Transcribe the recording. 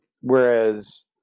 whereas